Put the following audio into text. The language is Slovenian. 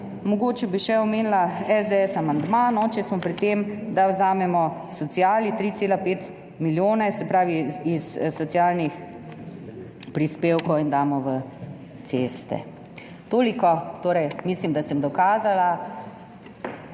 Mogoče bi še omenila amandma SDS, če smo pri tem, da vzamemo sociali 3,5 milijone, se pravi iz socialnih prispevkov, in damo v ceste. Toliko. Mislim, da sem dokazala,